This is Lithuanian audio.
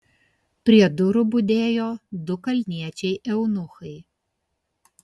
prie durų budėjo du kalniečiai eunuchai